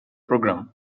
program